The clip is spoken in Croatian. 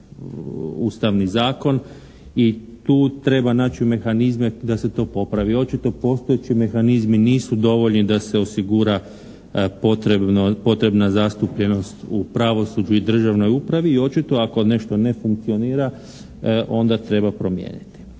Ustavni zakon i tu treba naći mehanizme da se to popravi. Očito postojeći mehanizmi nisu dovoljni da se osigura potrebna zastupljenost u pravosuđu i državnoj upravi i očito ako nešto ne funkcionira onda treba promijeniti.